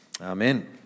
Amen